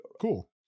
Cool